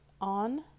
on